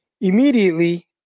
immediately